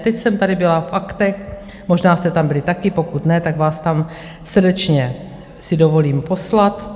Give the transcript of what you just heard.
Teď jsem tady byla Aktech, možná jste tam byli taky, pokud ne, tak vás tam srdečně si dovolím poslat.